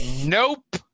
Nope